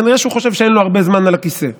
כנראה הוא חושב שאין לו הרבה זמן על הכיסא,